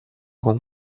con